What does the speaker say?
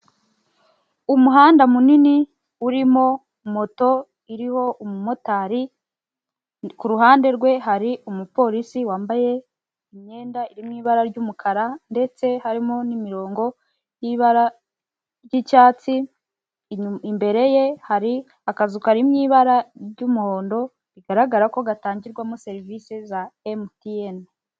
Umuhanda munini urimo moto iriho umumotari ku ruhande rwe hari umupolisi wambaye imyenda iri mu ibara ry'umukara ndetse harimo n'imirongo y'ibara ry'icyatsi, imbere ye hari akazu kari mu ibara ry'umuhondo bigaragara ko gatangirwamo serivise za MTN.